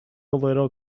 little